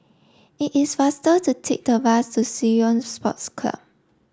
it is faster to take the bus to Ceylon Sports Club